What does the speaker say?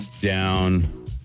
down